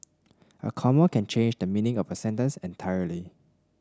a comma can change the meaning of a sentence entirely